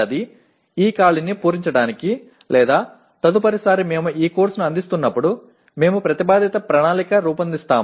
இந்த இடைவெளியை மூடுவதற்கு அடுத்த ஆண்டு அடுத்த முறை நாம் இந்த முன்மொழியப்பட்ட பாடத்திட்டத்தை வழங்க இருக்கிறோம்